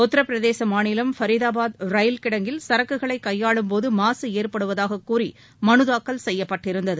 உத்திரபிரதேசம் மாநிலம் ஃபைசாபாத் ரயில்வே கிடங்கில் சரக்குகளை கையாளும்போது மாசு ஏற்படுவதாக கூறி மனு தாக்கல் செய்யப்பட்டிருந்தது